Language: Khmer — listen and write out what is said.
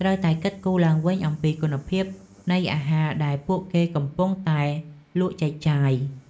ត្រូវតែគិតគូរឡើងវិញអំពីគុណភាពនៃអាហារដែល ពួកគេកំពុងតែលក់ចែកចាយ។